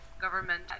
government